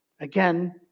Again